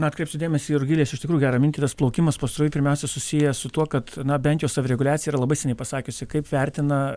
na atkreipsiu dėmesį į rugilės iš tikrųjų gerą mintį tas plaukimas pasroviui pirmiausia susijęs su tuo kad na bent jau savireguliacija yra labai seniai pasakiusi kaip vertina